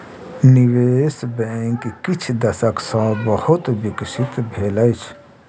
निवेश बैंक किछ दशक सॅ बहुत विकसित भेल अछि